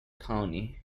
county